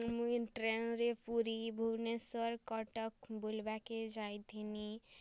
ମୁଇଁ ଟ୍ରେନ୍ରେ ପୁରୀ ଭୁବନେଶ୍ୱର୍ କଟକ୍ ବୁଲ୍ବାକେ ଯାଇଥିଲି